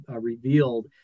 revealed